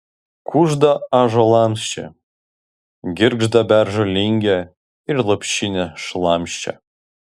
kužda ąžuolams čia girgžda beržo lingė ir lopšinė šlamščia